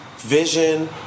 Vision